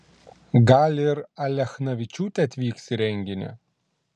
gal ir alechnavičiūtė atvyks į renginį